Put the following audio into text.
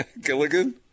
Gilligan